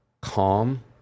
calm